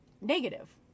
negative